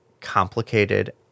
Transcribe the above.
complicated